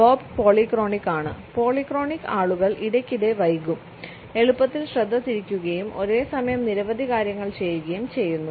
Bob polychronic ആണ് polychronic ആളുകൾ ഇടയ്ക്കിടെ വൈകും എളുപ്പത്തിൽ ശ്രദ്ധ തിരിക്കുകയും ഒരേസമയം നിരവധി കാര്യങ്ങൾ ചെയ്യുകയും ചെയ്യുന്നു